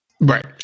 Right